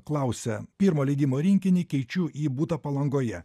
klausia pirmo leidimo rinkinį keičiu į butą palangoje